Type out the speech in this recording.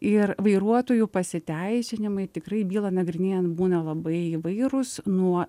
ir vairuotojų pasiteisinimai tikrai bylą nagrinėjant būna labai įvairūs nuo